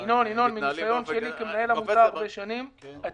מניסיון שלי כמנהל של עמותה במשך שנים רבות,